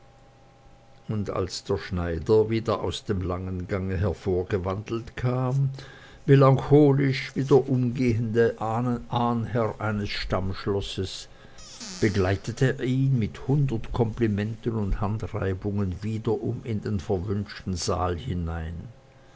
und als der schneider wieder aus dem langen gange hervorgewandelt kam melancholisch wie der umgehende ahnherr eines stammschlosses begleitete er ihn mit hundert komplimenten und handreibungen wiederum in den verwünschten saal hinein